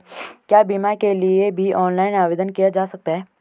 क्या बीमा के लिए भी ऑनलाइन आवेदन किया जा सकता है?